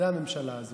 זאת הממשלה הזאת.